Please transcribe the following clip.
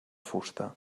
fusta